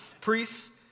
priests